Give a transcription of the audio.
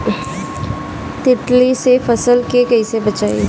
तितली से फसल के कइसे बचाई?